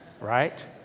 Right